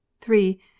three